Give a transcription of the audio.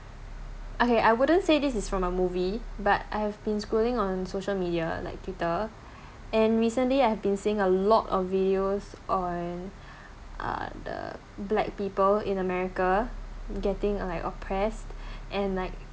okay I wouldn't say this is from a movie but I have been scrolling on social media like twitter and recently I've been seeing a lot of videos on uh the black people in america getting uh like oppressed and like